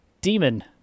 demon